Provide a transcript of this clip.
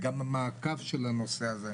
שגם עליו אנחנו עובדים.